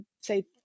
say